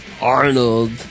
Arnold